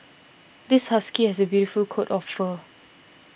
this husky has a beautiful coat of fur